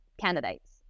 candidates